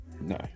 No